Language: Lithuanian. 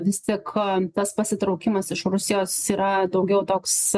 vis tik tas pasitraukimas iš rusijos yra daugiau toks